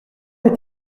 est